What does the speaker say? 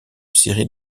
série